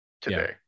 today